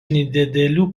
nedidelių